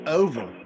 over